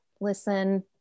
listen